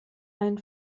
ein